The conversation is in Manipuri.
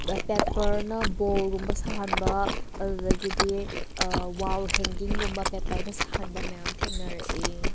ꯄꯦꯄꯔꯅ ꯕꯣꯜꯒꯨꯝꯕ ꯁꯥꯍꯟꯕ ꯑꯗꯨꯗꯒꯤꯗꯤ ꯋꯥꯜ ꯍꯦꯡꯒꯤꯡꯒꯨꯝꯕ ꯄꯄꯦꯔꯅ ꯁꯥꯍꯟꯕ ꯃꯌꯥꯝ ꯊꯦꯡꯅꯔꯛꯑꯦ